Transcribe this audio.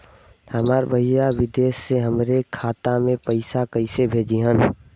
हमार भईया विदेश से हमारे खाता में पैसा कैसे भेजिह्न्न?